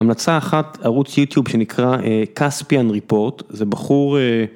המלצה אחת ערוץ יוטיוב שנקרא כספיאן ריפורט, זה בחור...